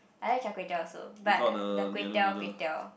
I like Char-Kway-Teow also but the Kway-Teow Kway-Teow